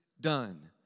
done